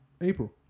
April